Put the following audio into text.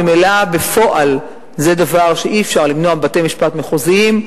ממילא בפועל זה דבר שאי-אפשר למנוע מבתי-משפט מחוזיים,